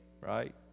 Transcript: right